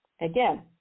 Again